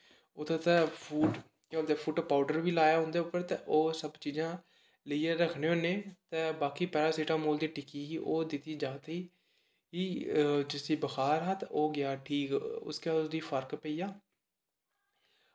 उत्थें उत्थें फूट फुट्ट पौडर बी लाया उं'दे उप्पर ते ओह् सब चीजां लेइयै रक्खने होन्ने ते बाकी पैरासिटामोल दी टिक्की ही ओह् दित्ती जागतें गी जिसी बखार हा ते ओह् गेआ ठीक उसनै उसी फर्क पेई गेआ